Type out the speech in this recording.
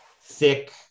thick